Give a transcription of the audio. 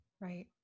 Right